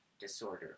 disorder